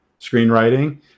screenwriting